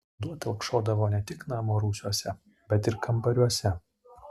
vanduo telkšodavo ne tik namo rūsiuose bet ir kambariuose